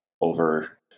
over